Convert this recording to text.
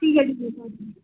ठीक आहे ठीक आहे चालेल